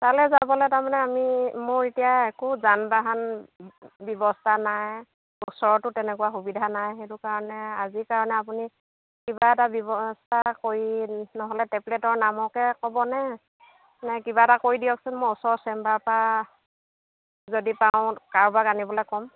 তালৈ যাবলৈ তাৰমানে আমি মোৰ এতিয়া একো যান বাহন ব্যৱস্থা নাই ওচৰতো তেনেকুৱা সুবিধা নাই সেইটো কাৰণে আজিৰ কাৰণে আপুনি কিবা এটা ব্যৱস্থা কৰি নহ'লে টেবলেটৰ নামকে ক'ব নে নে কিবা এটা কৰি দিয়কচোন মই ওচৰৰ চেম্বাৰৰ পৰা যদি পাৰোঁ কাৰোবাক আনিবলৈ ক'ম